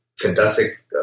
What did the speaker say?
fantastic